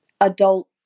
adult